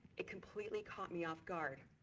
it completely caught me off guard.